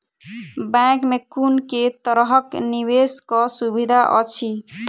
Bank मे कुन केँ तरहक निवेश कऽ सुविधा अछि?